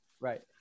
Right